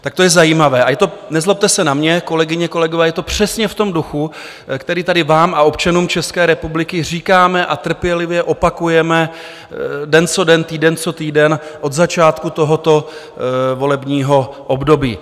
Tak to je zajímavé a je to, nezlobte se na mě, kolegyně, kolegové, je to přesně v tom duchu, který tady vám a občanům České republiky říkáme a trpělivě opakujeme den co den, týden co týden, od začátku tohoto volebního období.